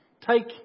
Take